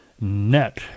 Net